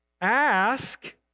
Ask